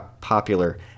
popular